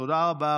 תודה רבה.